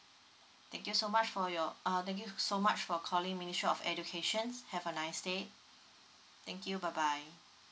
thank you so much for your uh thank you so much for calling ministry of educations have a nice day thank you bye bye